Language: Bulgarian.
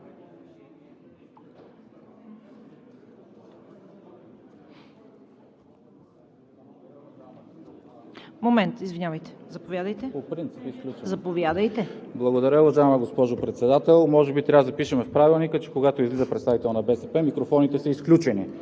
Момент, извинявайте. Заповядайте. ГЕОРГИ СВИЛЕНСКИ: Благодаря, уважаема госпожо Председател. Може би трябва да запишем в Правилника, че когато излиза представител на БСП, микрофоните са изключени